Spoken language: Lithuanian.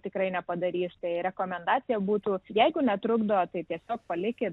tikrai nepadarys štai rekomendacija būtų jeigu netrukdo tai tiesiog palikit